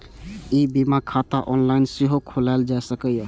ई बीमा खाता ऑनलाइन सेहो खोलाएल जा सकैए